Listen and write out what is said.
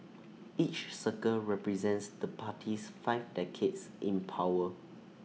each circle represents the party's five decades in power